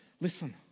Listen